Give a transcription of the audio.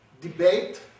debate